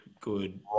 good